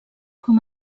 com